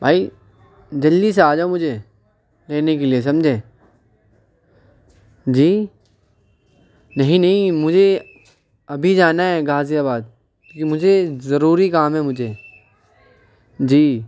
بھائی جلدی سے آ جاؤ مجھے لینے کے لیےسمجھے جی نہیں نہیں مجھے ابھی جانا ہے غازی آباد کیونکہ مجھے ضروری کام ہے مجھے جی